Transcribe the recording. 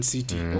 City